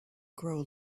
grow